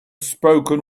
spoken